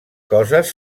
coses